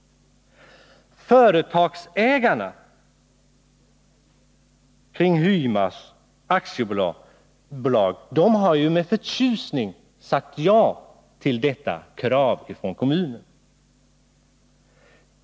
Företagsägarna i Hymas AB har med förtjusning sagt ja till detta krav från kommunen.